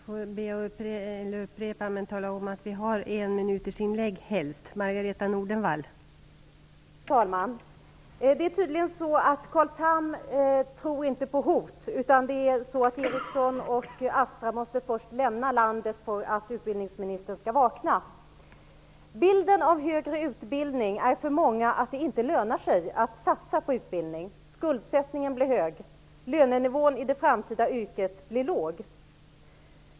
Fru talman! Carl Tham tror tydligen inte på hot. Ericsson och Astra måste väl lämna landet för att utbildningsministern skall vakna. Bilden av högre utbildning är för många att det inte lönar sig att satsa på utbildning. Skuldsättningen blir hög. Lönenivån i det framtida yrket blir låg.